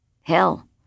Hell